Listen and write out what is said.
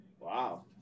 Wow